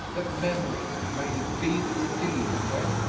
that memory may his deeds redeem? when,